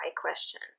question